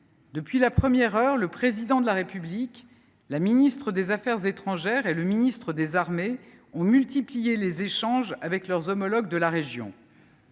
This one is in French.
Depuis la première heure, le Président de la République, la ministre des affaires étrangères et le ministre des armées ont multiplié les échanges avec leurs homologues de la région.